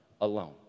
alone